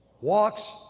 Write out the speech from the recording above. walks